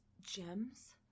Gems